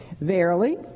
Verily